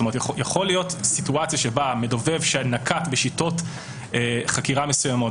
יכולה להיות סיטואציה בה המדובב שנקט בשיטות חקירה מסוימות,